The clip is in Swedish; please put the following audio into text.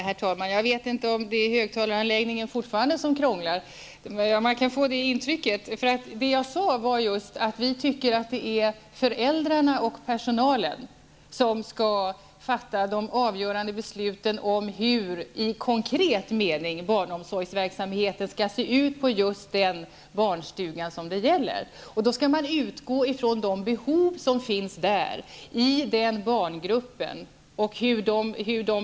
Herr talman! Jag vet inte om högtalaranläggningen fortfarande krånglar -- man kan få det intrycket. Vad jag sade var just att vi tycker att det är föräldrarna och personalen som skall fatta de avgörande besluten om hur, i konkret mening, barnomsorgsverksamheten skall se ut på just den barnstuga som det gäller. Då skall man utgå från de behov som finns i den barngruppen.